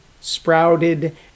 sprouted